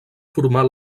formar